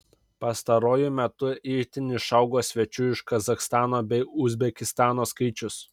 pastaruoju metu itin išaugo svečių iš kazachstano bei uzbekistano skaičius